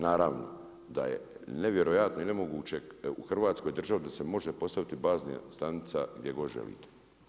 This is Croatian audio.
Naravno, da je nevjerojatno i nemoguće u Hrvatskoj državi da se može postaviti bazna stanica gdje god želite.